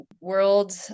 world